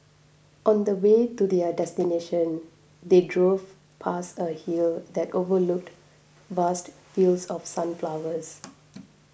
on the way to their destination they drove past a hill that overlooked vast fields of sunflowers